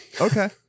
Okay